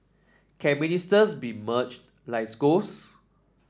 can ministers be merged like schools